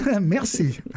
Merci